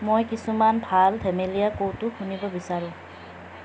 মই কিছুমান ভাল ধেমেলীয়া কৌতুক শুনিব বিচাৰোঁ